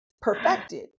perfected